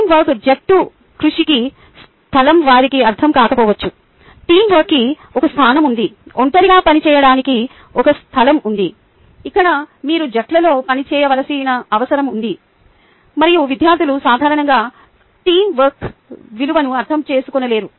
team వర్క్జట్టుకృషికి స్థలం వారికి అర్థం కాకపోవచ్చు టీమ్ వర్క్కి ఒక స్థానం ఉంది ఒంటరిగా పనిచేయడానికి ఒక స్థలం ఉంది ఇక్కడ మీరు జట్లలో పని చేయవలసిన అవసరం ఉంది మరియు విద్యార్థులు సాధారణంగా టీమ్ వర్క్ విలువను అర్థం చేసుకోలేరు